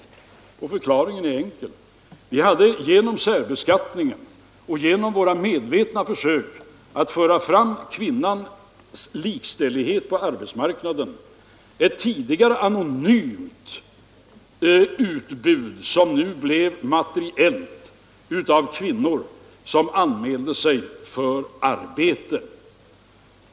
Och förklaringen är enkel. Vi hade tidigare en anonym resurs av kvinnor som nu — genom särbeskattningen och våra medvetna försök att föra fram kvinnans likställighet på arbetsmarknaden — blev reell genom att de anmälde sig för arbete.